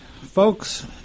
folks